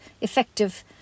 effective